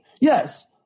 yes